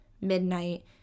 midnight